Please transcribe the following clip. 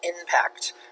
impact